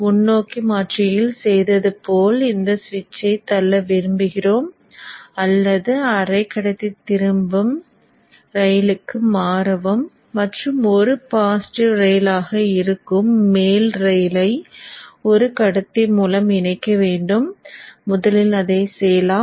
முன்னோக்கி மாற்றியில் செய்தது போல் இந்த சுவிட்சை தள்ள விரும்புகிறோம் அல்லது அரைக்கடத்தி திரும்பும் ரயிலுக்கு மாறவும் மற்றும் ஒரு பாசிட்டிவ் ரெயிலாக இருக்கும் மேல் ரெயிலை ஒரு கடத்தி மூலம் இணைக்க வேண்டும் முதலில் அதை செய்வோம்